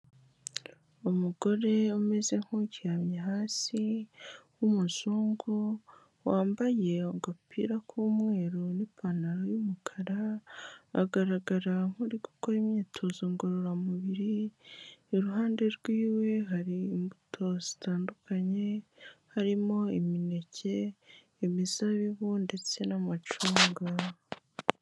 Umugore umeze nk'uryamye hasi w'umuzungu, wambaye agapira k'umweru n'ipantaro y'umukara, agaragara nk'uri gukora imyitozo ngororamubiri, iruhande rw'iwe hari imbuto zitandukanye, harimo imineke, imizabibu ndetse n'amacunga.